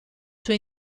suo